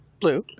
blue